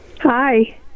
Hi